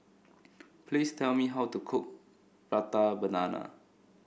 please tell me how to cook Prata Banana